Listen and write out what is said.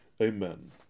Amen